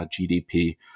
GDP